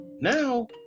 now